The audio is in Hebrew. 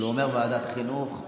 הוא אומר ועדת חינוך,